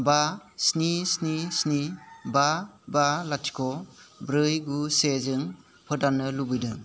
बा स्नि स्नि स्नि बा बा लाथिख' ब्रै गु से जों फोदाननो लुबैदों